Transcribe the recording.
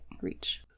reach